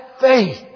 faith